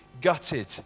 gutted